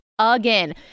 Again